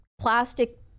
plastic